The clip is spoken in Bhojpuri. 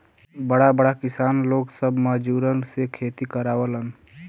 बड़ा बड़ा किसान लोग सब मजूरन से खेती करावलन